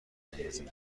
بندازیم